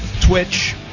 Twitch